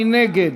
מי נגד?